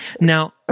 Now